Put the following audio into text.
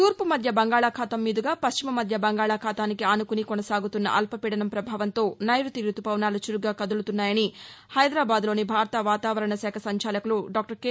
తూర్పు మధ్య బంగాళాఖాతం మీదుగా పశ్చిమ మధ్య బంగాళాఖాతానికి ఆనుకుని కొనసాగుతున్న అల్పపీడనం ప్రభావంతో నైరుతి రుతుపవనాలు చురుగ్గా కదులుతున్నాయని హైదరాబాద్ వాతావరణ శాఖ సంచాలకులు డాక్టర్ కె